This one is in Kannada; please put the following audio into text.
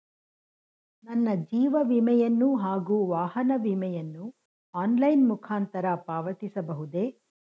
ನನ್ನ ಜೀವ ವಿಮೆಯನ್ನು ಹಾಗೂ ವಾಹನ ವಿಮೆಯನ್ನು ಆನ್ಲೈನ್ ಮುಖಾಂತರ ಪಾವತಿಸಬಹುದೇ?